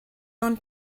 ond